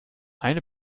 eine